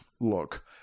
look